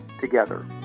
together